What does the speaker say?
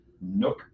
Nook